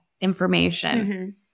information